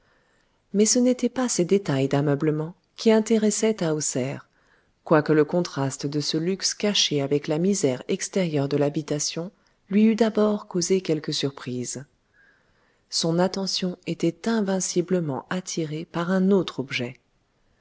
mais ce n'étaient pas ces détails d'ameublement qui intéressaient tahoser quoique le contraste de ce luxe caché avec la misère extérieure de l'habitation lui eût d'abord causé quelque surprise son attention était invinciblement attirée par un autre objet